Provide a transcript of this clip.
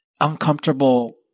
uncomfortable